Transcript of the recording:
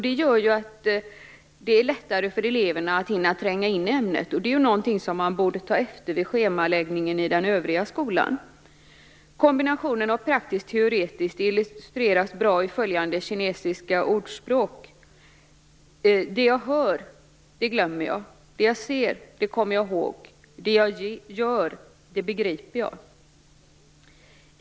Det gör att det är lättare för eleverna att tränga in i ämnet. Det är något som man borde ta efter vid schemaläggningen i den övriga skolan. Kombinationen av praktiskt och teoretiskt illustreras bra i följande kinesiska ordspråk: Det jag hör, det glömmer jag. Det jag ser, det kommer jag i håg. Det jag gör, det begriper jag.